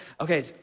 Okay